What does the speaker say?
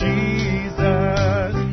Jesus